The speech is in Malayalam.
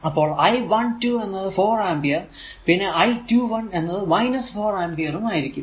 അപ്പോൾ I12 എന്നത് 4 ആമ്പിയർ പിന്നെ I21 എന്നത് 4 ആമ്പിയർ ഉം ആയിരിക്കും